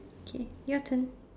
okay your turn